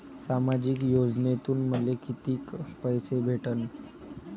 सामाजिक योजनेतून मले कितीक पैसे भेटन?